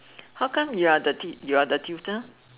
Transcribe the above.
how come you are the you are the tutor